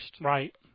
Right